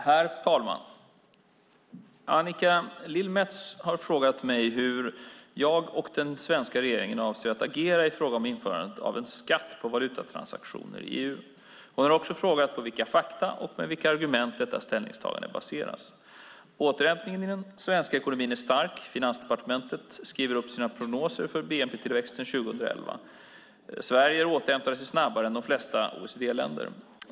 Herr talman! Annika Lillemets har frågat mig hur jag och den svenska regeringen avser att agera i frågan om införande av en skatt på valutatransaktioner i EU. Hon har också frågat på vilka fakta, och med vilka argument, detta ställningstagande baseras. Återhämtningen i den svenska ekonomin är stark. Finansdepartementet skriver upp sin prognos för bnp-tillväxten 2011. Sverige återhämtar sig snabbare än de flesta andra OECD-länder.